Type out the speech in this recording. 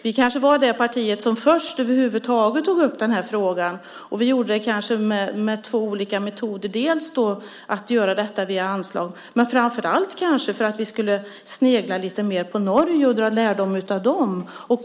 Vi kanske var det parti som först över huvud taget tog upp den här frågan. Vi gjorde det med två olika metoder, via anslag men framför allt skulle vi snegla lite mer på Norge och dra lärdom av dem.